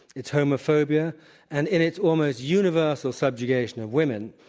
its homophobia and in its almost universal subjugation of women,